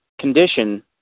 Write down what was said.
condition